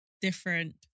different